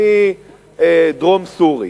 אני דרום-סורי,